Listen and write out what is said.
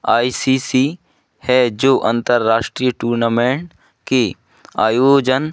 आई C C है जो अंतर्राष्ट्रीय टूनामेंट के आयोजन